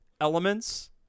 elements